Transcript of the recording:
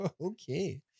Okay